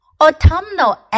Autumnal